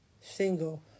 single